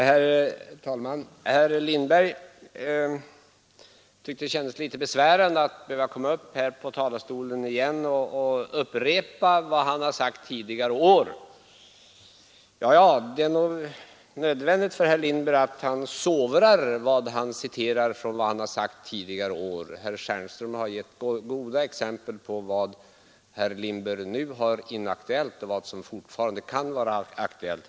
Herr talman! Herr Lindberg tyckte det kändes litet besvärande att behöva komma upp i talarstolen och upprepa vad han har sagt tidigare år. Det är nog nödvändigt för herr Lindberg att sovra citaten av det han sagt tidigare år. Herr Stjernström har gett goda exempel på vad som inte längre är aktuellt och vad som fortfarande kan vara aktuellt.